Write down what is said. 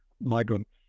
Migrants